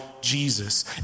Jesus